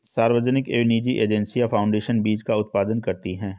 सार्वजनिक एवं निजी एजेंसियां फाउंडेशन बीज का उत्पादन करती है